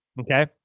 Okay